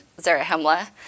Zarahemla